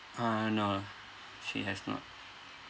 uh no she has not